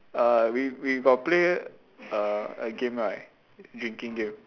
uh we we got play a a game right drinking game